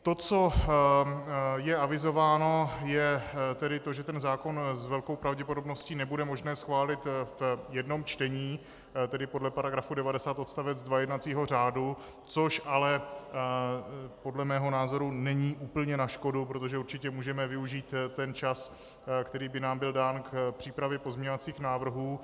To, co je avizováno, je to, že zákon s velkou pravděpodobností nebude možné schválit v jednom čtení, tedy podle § 90 odst. 2 jednacího řádu, což ale podle mého názoru není úplně na škodu, protože určitě můžeme využít čas, který by nám byl dán, k přípravě pozměňovacích návrhů.